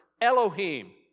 Elohim